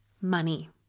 Money